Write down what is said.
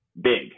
big